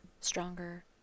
stronger